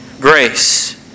grace